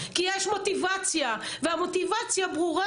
כי יש מוטיבציה והמוטיבציה ברורה,